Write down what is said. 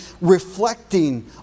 reflecting